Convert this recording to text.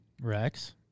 Rex